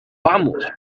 vamos